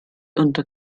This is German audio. unter